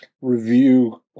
review